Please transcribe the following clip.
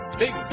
big